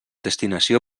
destinació